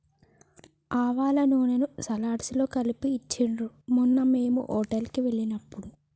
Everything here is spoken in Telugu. ఆవాల నూనెను సలాడ్స్ లో కలిపి ఇచ్చిండ్రు మొన్న మేము హోటల్ కి వెళ్ళినప్పుడు